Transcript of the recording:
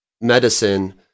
medicine